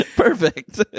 Perfect